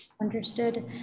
Understood